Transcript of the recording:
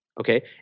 Okay